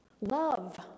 Love